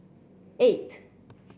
eight